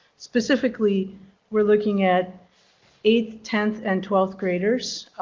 specifically we're looking at eighth, tenth, and twelfth graders